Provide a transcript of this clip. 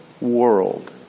world